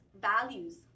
values